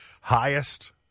Highest